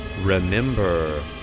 Remember